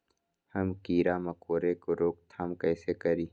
हम किरा मकोरा के रोक थाम कईसे करी?